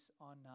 on